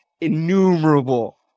innumerable